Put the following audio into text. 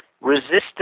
resistance